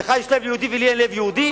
לך יש לב יהודי ולי אין לב יהודי?